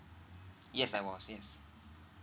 yes I was yes